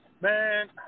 man